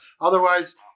Otherwise